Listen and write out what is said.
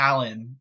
Alan